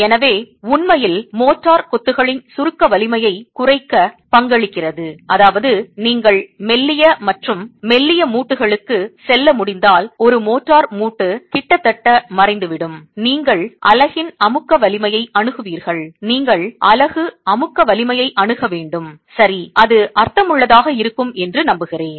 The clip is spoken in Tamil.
எனவே உண்மையில் மோட்டார் கொத்துகளின் சுருக்க வலிமையைக் குறைக்க பங்களிக்கிறது அதாவது நீங்கள் மெல்லிய மற்றும் மெல்லிய மூட்டுகளுக்கு செல்ல முடிந்தால் ஒரு மோர்டார் மூட்டு கிட்டத்தட்ட மறைந்துவிடும் நீங்கள் அலகின் அமுக்க வலிமையை அணுகுவீர்கள் நீங்கள் அலகு அமுக்க வலிமையை அணுக வேண்டும் சரி அது அர்த்தமுள்ளதாக இருக்கும் என்று நம்புகிறேன்